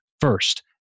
first